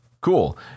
cool